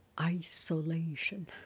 isolation